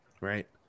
Right